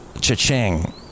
Cha-ching